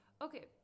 okay